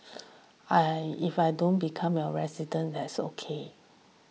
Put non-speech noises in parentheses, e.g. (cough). I if I don't become your (unintelligible) that's okay